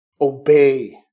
Obey